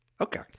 okay